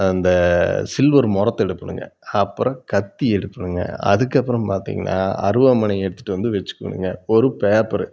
அந்த சில்வர் முறத்த எடுப்பேனுங்க அப்புறம் கத்தி எடுப்பேங்க அதுக்கப்புறம் பார்த்திங்கன்னா அருவாமனையை எடுத்துட்டு வந்து வச்சிக்குவேனுங்க ஒரு பேப்பரு